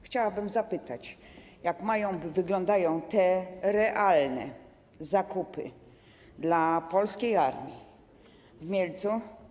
Chciałabym zapytać: Jak dzisiaj wyglądają te realne zakupy dla polskiej armii w Mielcu?